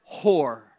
whore